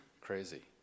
crazy